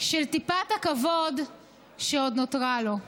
של טיפת הכבוד שעוד נותרה לו.